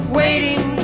waiting